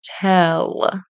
tell